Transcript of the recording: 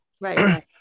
Right